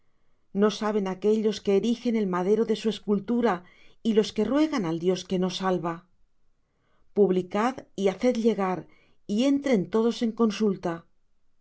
no saben aquellos que erigen el madero de su escultura y los que ruegan al dios que no salva publicad y haced llegar y entren todos en consulta